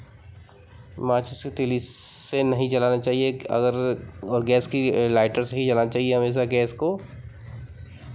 माचिस की तीली से नहीं जलाना चाहिए कि अगर और गैस की लाइटर से ही जलाना चाहिए हमेशा गैस को